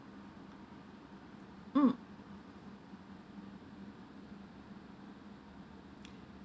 mm